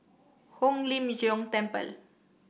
Hong Lim Jiong Temple